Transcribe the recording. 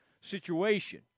situation